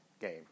game